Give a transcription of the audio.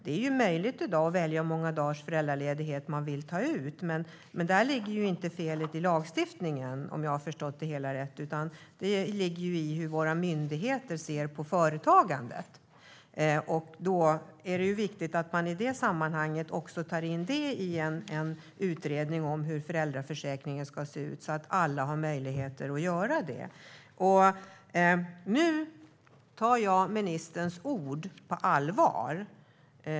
Det är i dag möjligt att välja hur många dagars föräldraledighet man vill ta ut, men om jag har förstått det hela rätt ligger inte felet i lagstiftningen utan i hur våra myndigheter ser på företagande. Det är därför viktigt att ta in även detta i en utredning om hur föräldraförsäkringen ska se ut, så att alla har möjlighet att ta ut föräldraledighet. Nu tar jag ministerns ord på allvar.